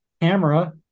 camera